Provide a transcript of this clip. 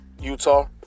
Utah